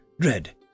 Dread